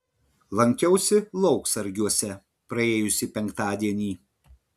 lankiausi lauksargiuose praėjusį penktadienį